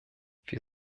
wir